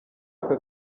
aka